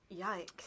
Yikes